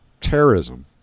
terrorism